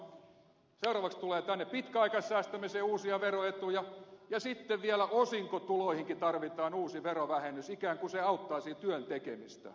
seuraavaksi tänne tulee pitkäaikaissäästämiseen uusia veroetuja ja sitten vielä osinkotuloihinkin tarvitaan uusi verovähennys ikään kuin se auttaisi työn tekemistä